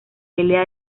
pelea